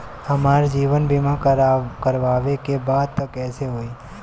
हमार जीवन बीमा करवावे के बा त कैसे होई?